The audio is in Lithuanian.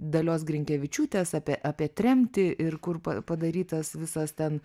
dalios grinkevičiūtės apie apie tremtį ir kur pa padarytas visas ten